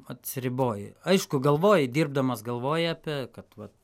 atsiriboji aišku galvoji dirbdamas galvoji apė kad vat